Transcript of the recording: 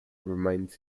remains